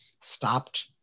stopped